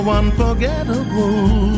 unforgettable